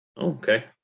Okay